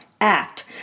Act